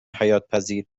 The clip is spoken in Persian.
حیاتپذیر